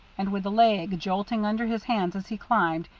and, with the leg jolting under his hands as he climbed,